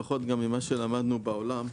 לפחות גם ממה שלמדנו בעולם,